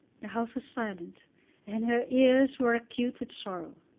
the house was silent and her ears were acute with sorrow.